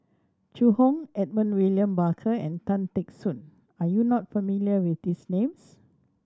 Zhu Hong Edmund William Barker and Tan Teck Soon are you not familiar with these names